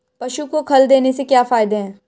पशु को खल देने से क्या फायदे हैं?